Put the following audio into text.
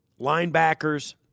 Linebackers